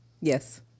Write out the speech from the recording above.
Yes